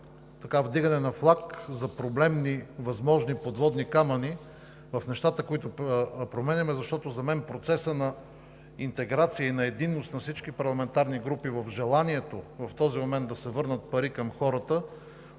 като вдигане на флаг за проблемни възможни подводни камъни в нещата, които променяме, защото за мен процесът на интеграция и единност на всички парламентарни групи, желанието в този момент да се върнат пари към хората,